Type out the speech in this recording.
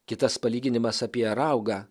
kitas palyginimas apie raugą